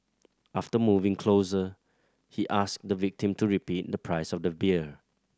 after moving closer he asked the victim to repeat the price of the beer